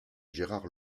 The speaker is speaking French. gérard